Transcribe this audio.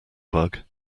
bug